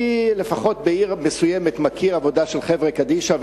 לפחות בעיר מסוימת אני מכיר עבודה של חברה קדישא,